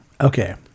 okay